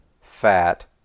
fat